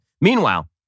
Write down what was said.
Meanwhile